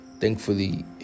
Thankfully